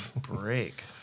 Break